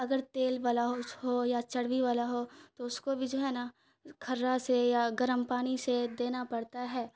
اگر تیل والا ہو یا چربی والا ہو تو اس کو بھی جو ہے نا کھرا سے یا گرم پانی سے دینا پڑتا ہے